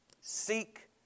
seek